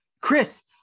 Chris